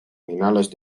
finales